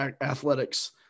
athletics